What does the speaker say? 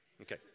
Okay